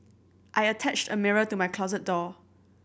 I attached a mirror to my closet door